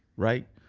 right?